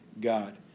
God